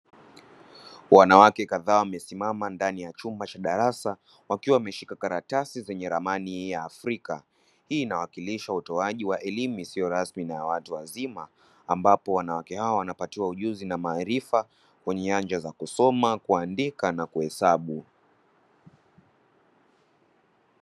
Wanawake kadhaa wamesimama ndani ya chumba cha darasa, wakiwa wameshika karatasi zenye ramani ya Afrika; hii inawakilisha utoaji wa elimu isiyo rasmi na ya watu wazima, ambapo wanawake hawa wanapatiwa ujuzi na maarifa katika nyanja za kusoma, kuandika, na kuhesabu.